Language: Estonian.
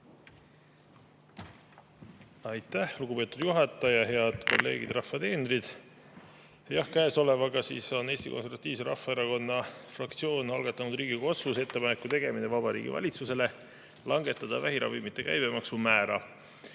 Aitäh, lugupeetud juhataja! Head kolleegid, rahva teenrid! Jah, Eesti Konservatiivse Rahvaerakonna fraktsioon on algatanud Riigikogu otsuse "Ettepaneku tegemine Vabariigi Valitsusele langetada vähiravimite käibemaksumäära"